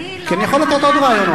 כי אני יכול לתת עוד רעיונות?